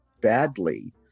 badly